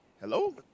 Hello